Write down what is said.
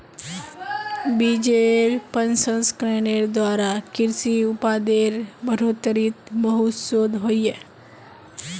बिजेर प्रसंस्करनेर द्वारा कृषि उत्पादेर बढ़ोतरीत बहुत शोध होइए